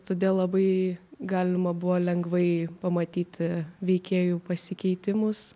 todėl labai galima buvo lengvai pamatyti veikėjų pasikeitimus